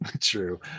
True